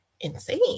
insane